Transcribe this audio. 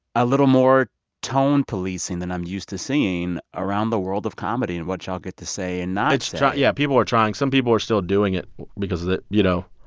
a little more tone-policing than i'm used to seeing around the world of comedy and what y'all get to say and not say it's trying yeah, people are trying. some people are still doing it because of the you know.